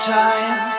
time